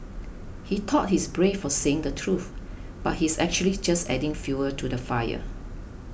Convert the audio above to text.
he thought he's brave for saying the truth but he's actually just adding fuel to the fire